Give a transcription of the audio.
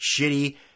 Shitty